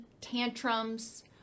tantrums